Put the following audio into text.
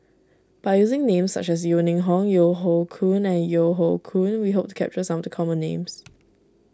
by using names such as Yeo Ning Hong Yeo Hoe Koon Yeo Hoe Koon we hope to capture some of the common names